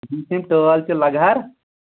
یِم تہِ یِم ٹٲل چھِ لگٕہَر